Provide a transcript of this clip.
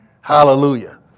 Hallelujah